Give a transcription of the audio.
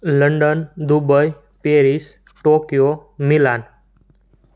London Dubai Paris Tokyo Milan